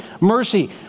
mercy